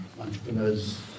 entrepreneurs